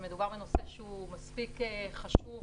ומדובר בנושא שהוא מספיק חשוב